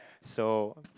so